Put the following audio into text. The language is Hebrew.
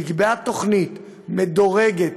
נקבעה תוכנית מדורגת,